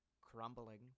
crumbling